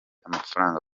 amafaranga